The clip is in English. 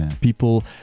people